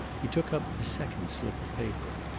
he took up a second slip of paper.